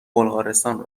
بلغارستان